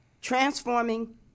transforming